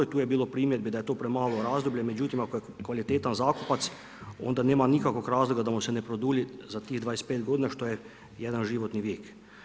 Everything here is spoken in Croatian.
I tu je bilo primjedbe da je to premalo razdoblje, međutim ako je kvalitetan zakupac onda nema nikakvog razloga da mu se ne produlji za tih 25 godina što je jedan životni vijek.